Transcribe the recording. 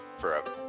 forever